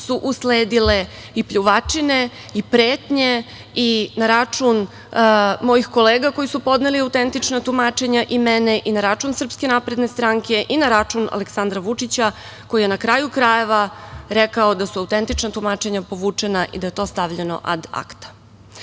su usledile i pljuvačine i pretnje i na račun mojih kolega koji su podneli autentična tumačenja i mene, i na račun SNS i na račun Aleksandra Vučića, koji je na kraju krajeva rekao da su autentična tumačenja povučena i da je to stavljeno ad akta. Znam